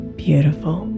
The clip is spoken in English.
beautiful